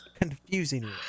Confusing